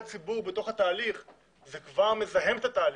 ציבור בתוך התהליך זה כבר מזהם את התהליך,